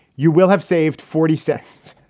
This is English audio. you will have saved forty seconds.